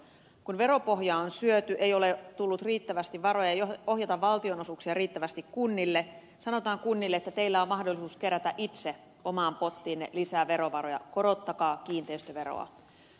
kun veropohja on syöty eikä ole tullut riittävästi varoja ohjata valtionosuuksia kunnille sanotaan kunnille että teillä on mahdollisuus kerätä itse omaan pottiinne lisää verovaroja korottakaa kiinteistöveroa